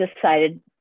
decided